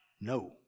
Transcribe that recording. no